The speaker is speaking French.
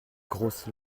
grosses